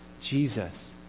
Jesus